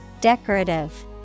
Decorative